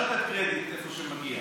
אפשר לתת קרדיט איפה שמגיע.